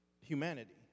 humanity